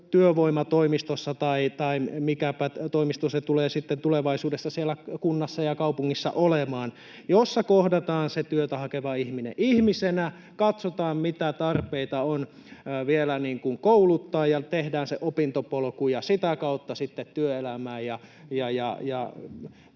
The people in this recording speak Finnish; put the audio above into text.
työvoimatoimistossa, tai mikäpä toimisto se tulee sitten tulevaisuudessa siellä kunnassa ja kaupungissa olemaan, jossa kohdataan se työtä hakeva ihminen ihmisenä, katsotaan, mitä tarpeita on vielä kouluttaa, ja tehdään se opintopolku ja sitä kautta sitten työelämään.